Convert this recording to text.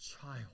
child